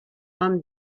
d’homme